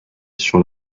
sur